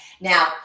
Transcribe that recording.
Now